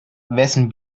wessen